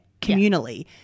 communally